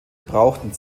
brauchten